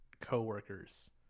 co-workers